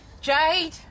Jade